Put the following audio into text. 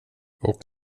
och